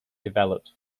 developed